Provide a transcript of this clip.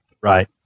Right